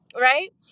right